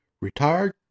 Retired